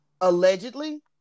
Allegedly